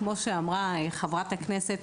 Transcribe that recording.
כמו שאמרה חברת הכנסת,